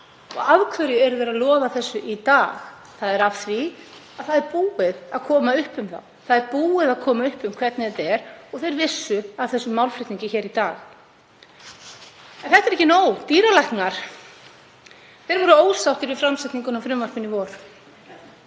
Og af hverju eru þeir að lofa þessu í dag? Það er af því að búið er að koma upp um þá. Það er búið að koma upp um hvernig þetta er og þeir vissu af þessum málflutningi hér í dag. En þetta er ekki nóg. Dýralæknar voru ósáttir við framsetninguna á frumvarpinu í vor